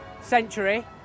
century